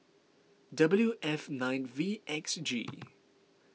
W F nine V X G